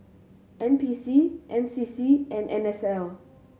N P C N C C and N S L